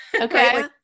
Okay